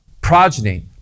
Progeny